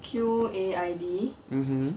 mmhmm